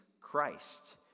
Christ